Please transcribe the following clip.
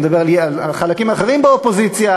אלא על חלקים אחרים באופוזיציה,